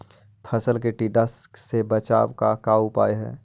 फ़सल के टिड्डा से बचाव के का उपचार है?